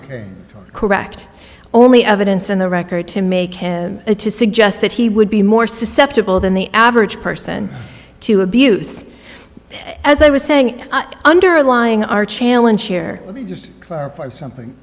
ok correct only evidence in the record to make him to suggest that he would be more susceptible than the average person to abuse as i was saying but underlying our challenge here let me just clarify something